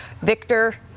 victor